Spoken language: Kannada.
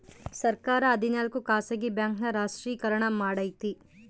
ಸರ್ಕಾರ ಹದಿನಾಲ್ಕು ಖಾಸಗಿ ಬ್ಯಾಂಕ್ ನ ರಾಷ್ಟ್ರೀಕರಣ ಮಾಡೈತಿ